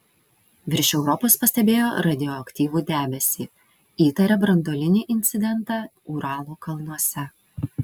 virš europos pastebėjo radioaktyvų debesį įtaria branduolinį incidentą uralo kalnuose